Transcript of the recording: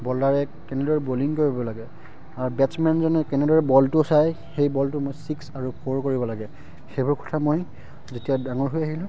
বলাৰে কেনেদৰে বলিং কৰিব লাগে আৰু বেটছমেনজনে কেনেদৰে বলটো চাই সেই বলটো মই ছিক্স আৰু ফ'ৰ কৰিব লাগে সেইবোৰ কথা মই যেতিয়া ডাঙৰ হৈ আহিলোঁ